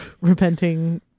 repenting